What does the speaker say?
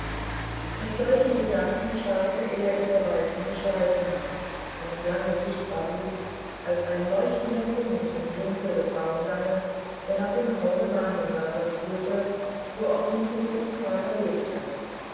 mit solchen gedanken starrte er ihrer weißen gestalt nach die noch lange sichtbar blieb als ein leuchtender punkt im dunkel eines baumganges der nach dem hause mahimsasas führte wo auch sie mit ihrem vater lebte